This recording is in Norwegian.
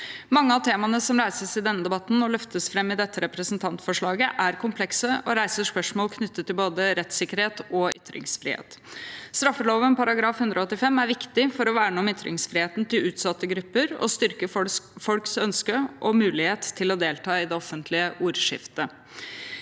Mange av temaene som reises i denne debatten og løftes fram i dette representantforslaget, er komplekse og reiser spørsmål knyttet til både rettssikkerhet og ytringsfrihet. Straffeloven § 185 er viktig for å verne om ytringsfriheten til utsatte grupper og styrke folks ønske om og mulighet til å delta i det offentlige ordskiftet.